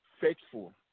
faithful